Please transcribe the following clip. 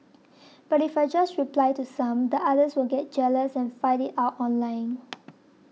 but if I just reply to some the others will get jealous and fight it out online